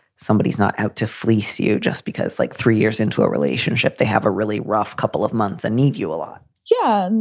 somebody is not out to fleece you just because, like three years into a relationship, they have a really rough couple of months and need you a lot yeah,